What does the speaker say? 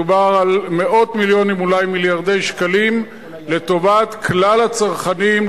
מדובר על מאות מיליונים ואולי מיליארדי שקלים לטובת כלל הצרכנים,